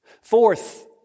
Fourth